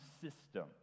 system